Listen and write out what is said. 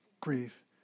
grief